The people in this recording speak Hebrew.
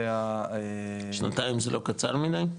זה ה- -- שנתיים זה לא קצר מידי?